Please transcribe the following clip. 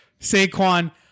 Saquon